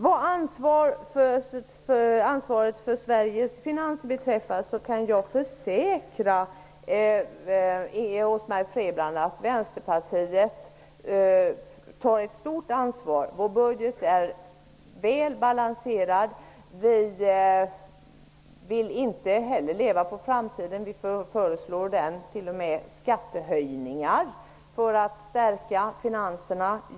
Vad ansvaret för Sveriges finanser beträffar kan jag försäkra Rose-Marie Frebran att Vänsterpartiet tar ett stort ansvar. Vår budget är väl balanserad. Vi vill inte heller leva på framtiden. Vi föreslår t.o.m. skattehöjningar för att stärka finanserna.